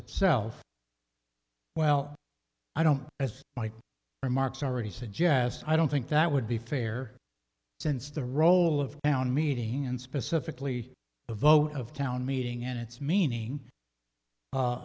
itself well i don't as my remarks already suggest i don't think that would be fair since the role of town meeting and specifically the vote of town meeting in its meaning